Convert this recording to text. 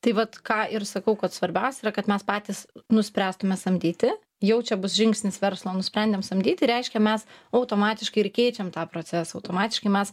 tai vat ką ir sakau kad svarbiausia yra kad mes patys nuspręstume samdyti jau čia bus žingsnis verslo nusprendėm samdyti reiškia mes automatiškai ir keičiam tą procesą automatiškai mes